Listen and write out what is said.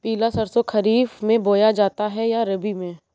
पिला सरसो खरीफ में बोया जाता है या रबी में?